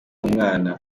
umwana